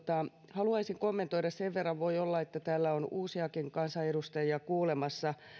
haluaisin kommentoida sen verran voi olla että täällä on uusiakin kansanedustajia kuulemassa